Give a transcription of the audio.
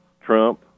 Trump